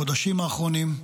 החודשים האחרונים,